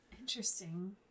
Interesting